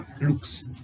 looks